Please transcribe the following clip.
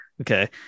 Okay